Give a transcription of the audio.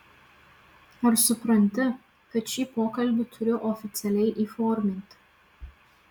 ar supranti kad šį pokalbį turiu oficialiai įforminti